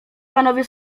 panowie